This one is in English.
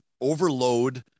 Overload